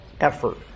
effort